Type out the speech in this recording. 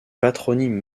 patronyme